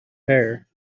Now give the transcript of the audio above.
hair